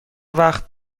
وقت